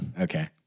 Okay